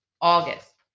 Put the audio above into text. August